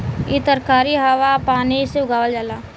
इ तरकारी हवा आ पानी से उगावल जाला